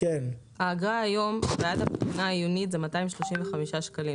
האגרה היום היא 235 שקלים.